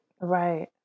Right